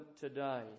today